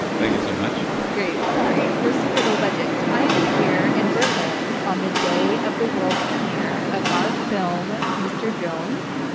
thank you so much. great. sorry, we're super low budget. so i am here in berlin on the day of the world premiere of our film, mr. jones,